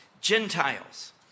Gentiles